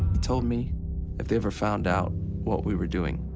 told me if they ever found out what we were doing